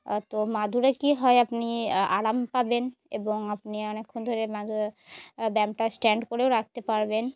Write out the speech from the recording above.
তো মাদুরে কী হয় আপনি আরাম পাবেন এবং আপনি অনেকক্ষণ ধরে মাদুর ব্যায়ামটা স্ট্যান্ড করেও রাখতে পারবেন